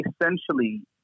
essentially